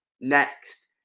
next